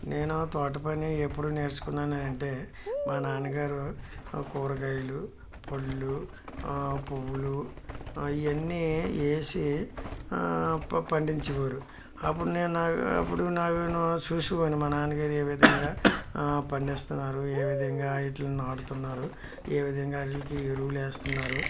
నేను తోట పని ఎప్పుడు నేర్చుకున్నాను అంటే మా నాన్నగారు కూరగాయలు పళ్ళు పువ్వులు ఈ అన్ని వేసి ప పండించేవారు అప్పుడు నేను నాకు అప్పుడు నాకు న చూసుకొని మా నాన్నగారి ఏ విధంగా పండిస్తున్నారు ఏ విధంగా ఇటీలని నాటుతున్నారు ఏ విధంగా ఆటీలకి ఎరువులు ఏస్తున్నారు